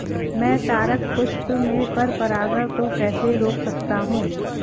मैं तारक पुष्प में पर परागण को कैसे रोक सकता हूँ?